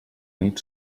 nit